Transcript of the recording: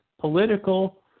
political